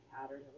pattern